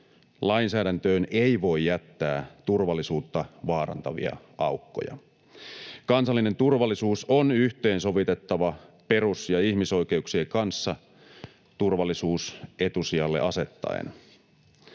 Lainsäädäntöön ei voi jättää turvallisuutta vaarantavia aukkoja. Kansallinen turvallisuus on yhteensovitettava perus- ja ihmisoikeuksien kanssa — turvallisuus etusijalle asettaen.